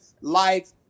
life